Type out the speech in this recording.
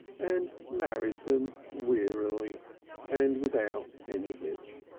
and married them wearily and without any hitch.